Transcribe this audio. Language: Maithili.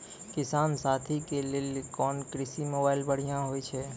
किसान साथी के लिए कोन कृषि मोबाइल बढ़िया होय छै?